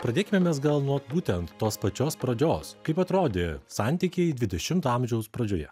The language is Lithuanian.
pradėkime mes gal nuo būtent tos pačios pradžios kaip atrodė santykiai dvidešimto amžiaus pradžioje